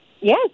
Yes